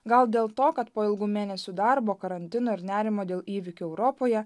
gal dėl to kad po ilgų mėnesių darbo karantino ir nerimo dėl įvykių europoje